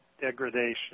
degradation